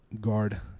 guard